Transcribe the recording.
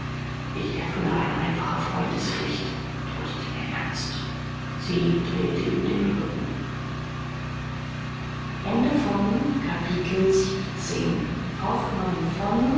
ich erfülle eine einfache freundespflicht antwortete er ernst sie drehte ihm den rücken